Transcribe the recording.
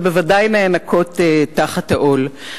אבל בוודאי נאנקות תחת העול.